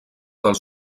dels